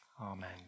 Amen